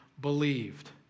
believed